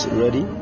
ready